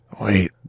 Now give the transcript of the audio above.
Wait